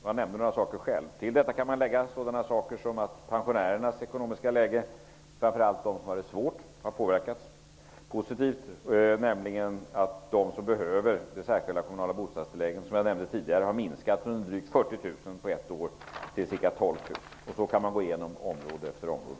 Han nämnde några saker själv. Till detta kan man lägga sådana saker som att pensionärernas ekonomiska läge har påverkats positivt -- framför allt för dem som har det svårt. Antalet pensionärer som behöver det särskilda kommunala bostadstillägget har, som jag nämnde tidigare, på ett år minskat från drygt 40 000 till ca 12 000. Så kan man gå igenom område efter område.